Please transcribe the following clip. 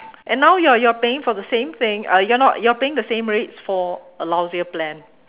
and now you're you're paying for the same thing uh you're not you're paying the same rates for a lousier plan